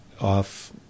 off